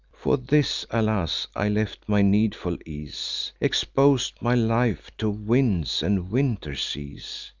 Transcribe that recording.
for this, alas! i left my needful ease, expos'd my life to winds and winter seas!